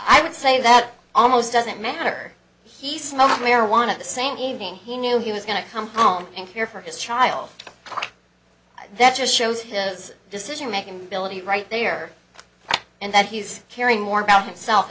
i would say that almost doesn't matter he smoked marijuana the same evening he knew he was going to come home and care for his child that just shows his decision making ability right there and that he's caring more about himself